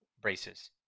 braces